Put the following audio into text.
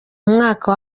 umwaka